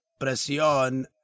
presión